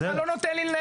אתה לא נותן לי להגיד.